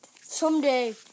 someday